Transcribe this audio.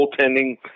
goaltending